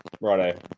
righto